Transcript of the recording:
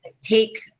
take